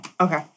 Okay